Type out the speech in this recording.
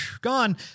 Gone